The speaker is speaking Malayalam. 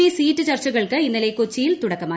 പി സീറ്റ് ചർച്ചുകൾക്ക് ഇന്നലെ കൊച്ചിയിൽ തുടക്കമായി